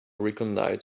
recognize